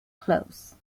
closed